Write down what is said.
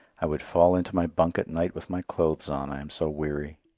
i would fall into my bunk at night with my clothes on, i am so weary.